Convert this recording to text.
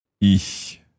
Ich